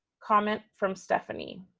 comment from stephanie.